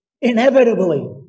inevitably